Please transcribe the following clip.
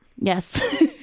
Yes